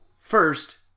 first